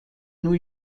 new